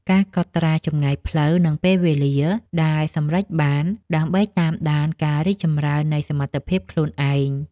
ការកត់ត្រាចម្ងាយផ្លូវ និងពេលវេលាដែលសម្រេចបាន ដើម្បីតាមដានការរីកចម្រើននៃសមត្ថភាពខ្លួនឯង។